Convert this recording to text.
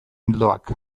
ildoak